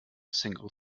single